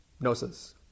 gnosis